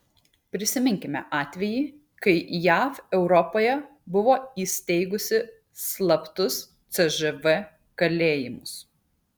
prisiminkime atvejį kai jav europoje buvo įsteigusi slaptus cžv kalėjimus